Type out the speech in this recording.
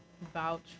vouch